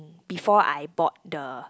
before I board the